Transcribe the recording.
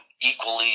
equally